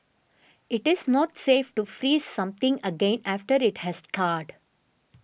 it is not safe to freeze something again after it has thawed